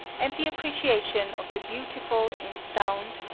and the appreciation of the beautiful in sound,